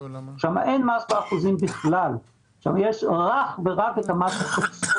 שם אין בכלל מס באחוזים אלא אך ורק את המס ה-...